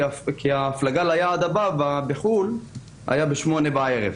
ההפלגה ליעד הבא בחוץ לארץ יצאה ב-8:00 בערב.